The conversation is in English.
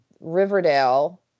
Riverdale